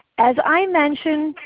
as i mentioned,